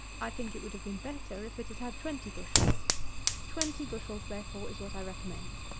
i think it would have been better if it had had twenty bushels twenty bushels, therefore, is what i recommend.